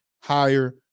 higher